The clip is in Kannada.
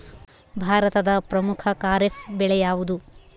ಭಾರತದ ಪ್ರಮುಖ ಖಾರೇಫ್ ಬೆಳೆ ಯಾವುದು?